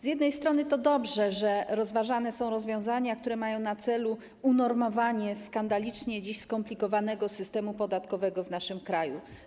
Z jednej strony to dobrze, że rozważane są rozwiązania, które mają na celu unormowanie skandalicznie dziś skomplikowanego systemu podatkowego w naszym kraju.